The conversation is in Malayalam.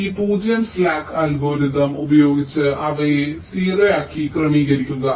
ഈ പൂജ്യം സ്ലാക്ക് അൽഗോരിതം ഉപയോഗിച്ച് അവയെ പൂജ്യങ്ങളായി ക്രമീകരിക്കുക